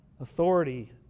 authority